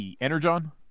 Energon